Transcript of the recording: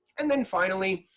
and then finally,